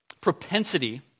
propensity